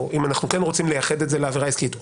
או אם אנחנו כן רוצים לייחד את זה לעבירה עסקית,